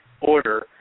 order